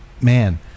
Man